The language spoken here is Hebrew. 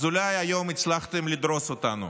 אז אולי היום הצלחתם לדרוס אותנו,